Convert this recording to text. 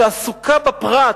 שעסוקה בפרט.